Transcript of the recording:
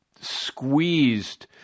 squeezed